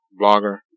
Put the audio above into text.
Blogger